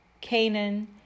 Canaan